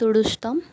తుడుస్తాం